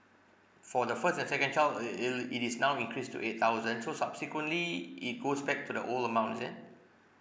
for the first and second child it'll it'll it is now increased to eight thousand so subsequently it goes back to the old amount is it